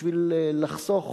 בשביל לחסוך